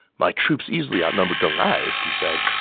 my troops easily outnumber deng ai's, he said.